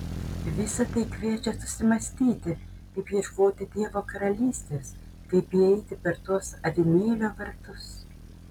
visa tai kviečia susimąstyti kaip ieškoti dievo karalystės kaip įeiti per tuos avinėlio vartus